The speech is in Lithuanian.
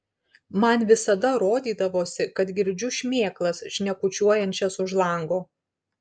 man visada rodydavosi kad girdžiu šmėklas šnekučiuojančias už lango